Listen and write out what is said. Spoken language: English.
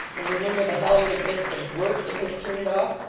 and remember the helegant bits of work it has turned off,